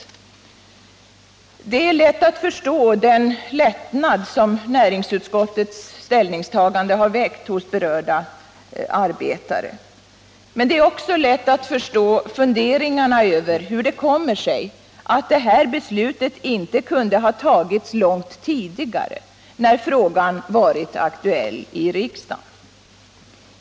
Det är lätt att förstå den lättnad som näringsutskottets ställningstagande har väckt hos berörda arbetare. Men det är också lätt att förstå funderingarna över hur det kommer sig att det här beslutet inte kunde ha tagits långt tidigare när frågan varit aktuell i riksdagen.